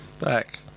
back